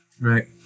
Right